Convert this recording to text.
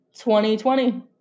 2020